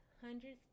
hundreds